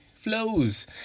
flows